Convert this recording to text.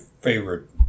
favorite